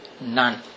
none